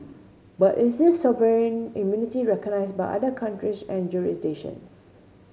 but is this sovereign immunity recognised by other countries and jurisdictions